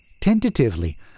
Tentatively